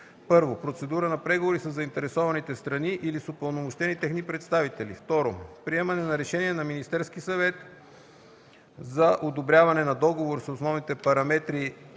1. процедура на преговори със заинтересованите страни или с упълномощени техни представители; 2. приемане на решение на Министерския съвет за одобряване проект на договор с основните параметри